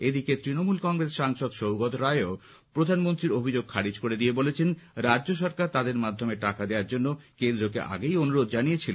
এদিকে তৃণমূল কংগ্রেস সাংসদ সৌগত রায়ও প্রধানমন্ত্রীর অভিযোগ খারিজ করে দিয়ে বলেছেন রাজ্য সরকার তাদের মাধ্যমে টাকা দেওয়ার জন্য কেন্দ্রকে আগেই অনুরোধ জানিয়েছিল